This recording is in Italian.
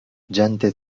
gente